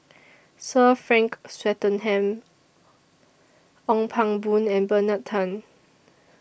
Sir Frank Swettenham Ong Pang Boon and Bernard Tan